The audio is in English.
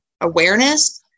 awareness